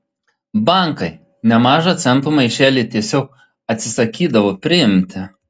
bankai nemažą centų maišelį tiesiog atsisakydavo priimti